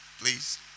please